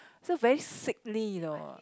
so very sickly you know